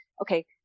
okay